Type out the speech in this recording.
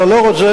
אתה לא רוצה,